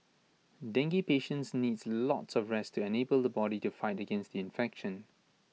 dengue patients needs lots of rest to enable the body to fight against the infection